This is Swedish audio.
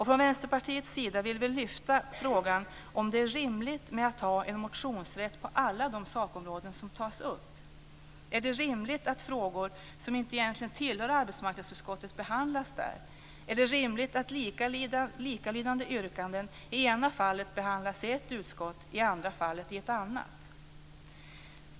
Från Vänsterpartiets sida vill vi lyfta frågan om det är rimligt att ha motionsrätt på alla de sakområden som tas upp. Är det rimligt att frågor som egentligen inte tillhör arbetsmarknadsutskottet behandlas där? Är det rimligt att likalydande yrkanden i ena fallet behandlas i ett utskott och i andra fallet i ett annat?